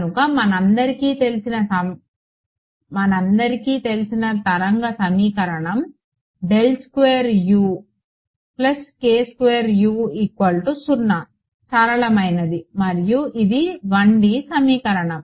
కనుక మనందరికీ తెలిసిన తరంగ సమీకరణం సరళమైనది మరియు ఇది 1D సమీకరణం